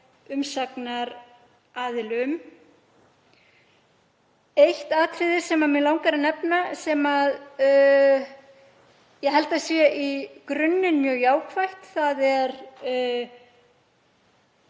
umsagnaraðilum. Eitt atriði sem mig langar að nefna, sem ég held að sé í grunninn mjög jákvæð